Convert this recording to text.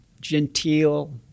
genteel